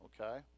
okay